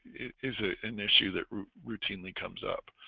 it is ah an issue that routinely comes up,